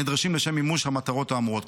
הנדרשים לשם מימוש המטרות האמורות.